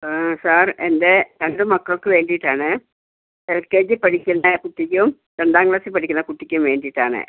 sir എൻ്റെ രണ്ട് മക്കൾക്ക് വേണ്ടിട്ടാണ് എൽ കെ ജി പഠിക്കുന്ന ഒരു കുട്ടിക്കും രണ്ടാം ക്ലാസ്സിൽ പഠിക്കുന്ന കുട്ടിക്കും വേണ്ടിയിട്ടാണ്